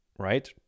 right